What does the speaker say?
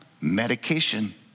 medication